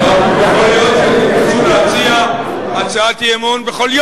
יכול להיות שהיינו מתבקשים להציע הצעת אי-אמון בכל יום.